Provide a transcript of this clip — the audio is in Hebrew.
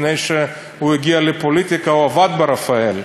לפני שהוא הגיע לפוליטיקה הוא עבד ברפא"ל,